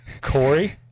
Corey